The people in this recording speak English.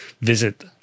visit